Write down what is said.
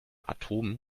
atomen